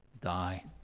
die